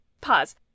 pause